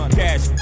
cash